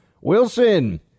Wilson